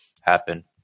happen